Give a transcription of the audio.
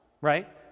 right